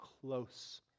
close